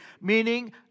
Meaning